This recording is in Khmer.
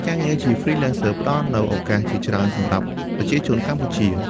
ការងារជា Freelancer ផ្តល់នូវឱកាសជាច្រើនសម្រាប់ប្រជាជនកម្ពុជា។